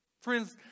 Friends